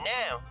now